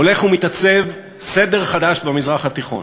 הולך ומתעצב סדר חדש במזרח התיכון.